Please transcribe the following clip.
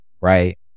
right